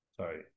Sorry